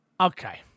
Okay